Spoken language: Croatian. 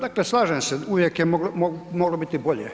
Dakle, slažem se, uvijek je moglo biti i bolje.